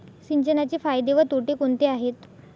सिंचनाचे फायदे व तोटे कोणते आहेत?